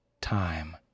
Time